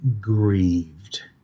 grieved